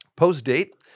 Post-date